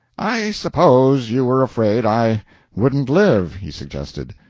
i suppose you were afraid i wouldn't live, he suggested.